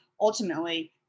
ultimately